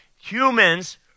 Humans